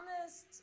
honest